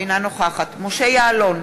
אינה נוכחת משה יעלון,